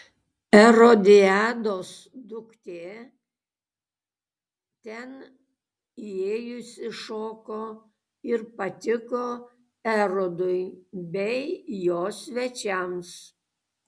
erodiados duktė ten įėjusi šoko ir patiko erodui bei jo svečiams